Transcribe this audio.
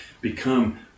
become